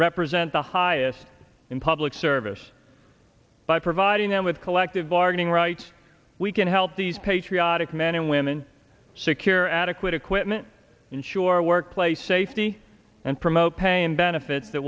represent the highest in public service by providing them with collective bargaining rights we can help these patriotic men and women secure adequate equipment ensure workplace safety and promote paying benefits that